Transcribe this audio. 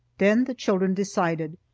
then the children decided.